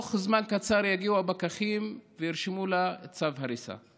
תוך זמן קצר יגיעו הפקחים וירשמו לה צו הריסה,